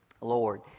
Lord